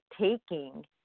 taking